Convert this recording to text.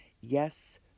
yes